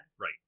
Right